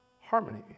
Harmony